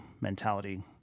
mentality